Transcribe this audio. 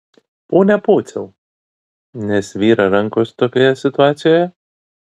pone pociau nesvyra rankos tokioje situacijoje